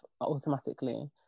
automatically